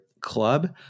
club